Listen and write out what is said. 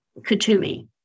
Kutumi